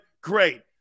Great